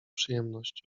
przyjemność